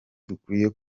dukwiye